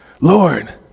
Lord